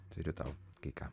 turiu tau kai ką